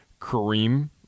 Kareem